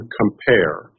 compare